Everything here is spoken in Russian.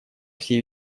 всей